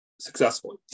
successfully